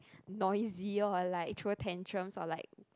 noisy or like throw tantrums or like